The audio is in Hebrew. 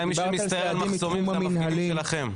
בינתיים מי שמסתער על מחסומים זה מפגיעים שלכם.